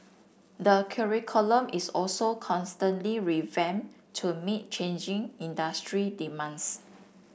the curriculum is also constantly revamp to meet changing industry demands